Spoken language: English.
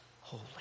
holy